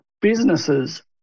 businesses